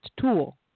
tool